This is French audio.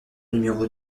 numéro